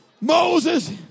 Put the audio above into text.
Moses